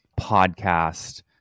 podcast